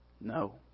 no